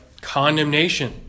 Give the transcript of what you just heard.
Condemnation